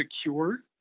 secure